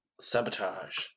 Sabotage